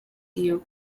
iyo